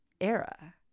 era